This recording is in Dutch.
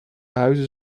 huizen